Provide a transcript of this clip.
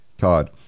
Todd